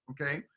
Okay